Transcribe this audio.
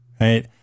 right